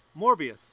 morbius